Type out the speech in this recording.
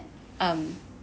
um